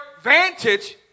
vantage